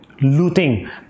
looting